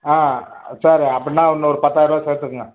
ஆ சரி அப்படின்னா இன்னொரு பத்தாயர்ரூபாய சேர்த்துக்கங்க